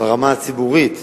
ברמה הציבורית.